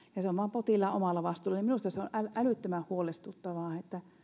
vain potilaan omalla vastuulla ja minusta se on älyttömän huolestuttavaa